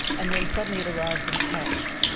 and then suddenly it arrives in cash.